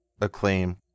acclaim